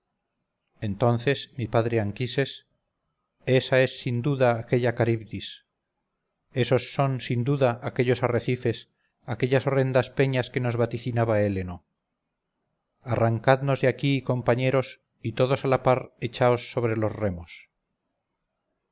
entonces mi padre anquises esa es sin duda aquella caribdis esos son sin duda aquellos arrecifes aquellas horrendas peñas que nos vaticinaba héleno arrancadnos de aquí compañeros y todos a la par echaos sobre los remos